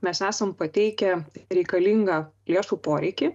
mes esam pateikę reikalingą lėšų poreikį